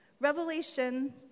Revelation